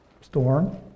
storm